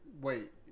wait